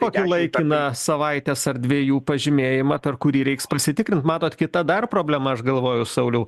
kokį laikiną savaitės ar dvejų pažymėjimą per kurį reiks pasitikrint matot kita dar problema aš galvoju sauliau